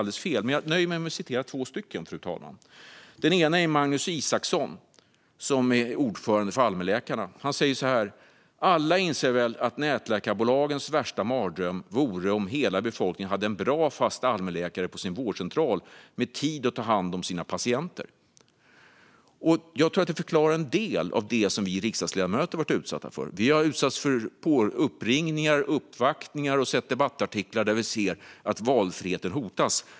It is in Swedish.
Det ena är från Magnus Isacsson som är allmänläkare och ordförande för Svensk förening för allmänmedicin. Han säger så här: Alla inser väl att nätläkarbolagens värsta mardröm vore om hela befolkningen hade en bra, fast allmänläkare på sin vårdcentral med tid att ta hand om sina patienter. Jag tror att det förklarar en del av det som vi riksdagsledamöter har varit utsatta för. Vi har utsatts för uppringningar och uppvaktningar och sett debattartiklar där man menar att valfriheten hotas.